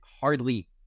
hardly